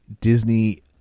disney